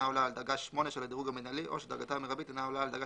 עולה על דרגה 8 של הדירוג המנהלי או שדרגתה המרבית אינה עולה על דרגה